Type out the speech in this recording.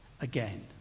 again